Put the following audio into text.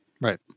Right